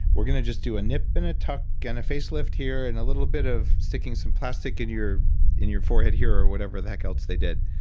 we're going to just do a nip and a tuck and face lift here. and a little bit of sticking some plastic in your in your forehead here or whatever the heck else they did.